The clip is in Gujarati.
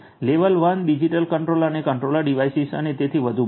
લેવલ 1 ડિજિટલ કંટ્રોલર અને કંટ્રોલર ડિવાઇસીસ અને તેથી વધુ બનશે